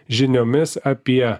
žiniomis apie